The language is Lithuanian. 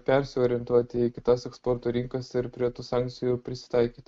persiorientuoti į kitas eksporto rinkas ir prie tų sankcijų prisitaikyti